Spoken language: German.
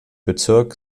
bezirk